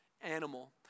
animal